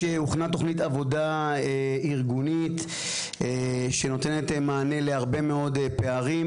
הוכנה תכנית עבודה ארגונית שנותנת מענה להרבה מאוד פערים.